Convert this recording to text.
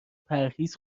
پرهیز